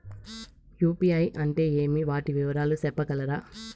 UPI అంటే ఏమి? వాటి వివరాలు సెప్పగలరా?